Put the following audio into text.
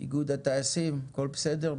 איגוד הטייסים, הכול בסדר?